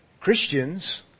Christians